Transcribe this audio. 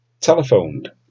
telephoned